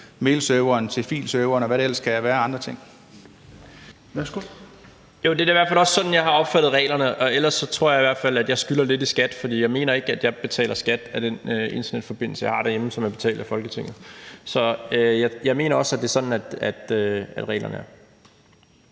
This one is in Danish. Helveg Petersen): Værsgo. Kl. 22:44 Rasmus Jarlov (KF): Jo, det er i hvert fald også sådan, jeg har opfattet reglerne. Ellers tror jeg, at jeg i hvert fald skylder lidt i skat, for jeg mener ikke, at jeg betaler skat af den internetforbindelse, jeg har derhjemme, som er betalt af Folketinget. Jeg mener også, at det er sådan, reglerne er.